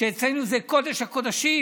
שאצלנו זה קודש הקודשים,